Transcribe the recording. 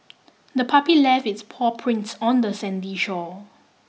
the puppy left its paw prints on the sandy shore